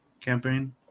campaign